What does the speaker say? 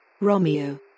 Romeo